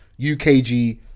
ukg